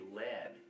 led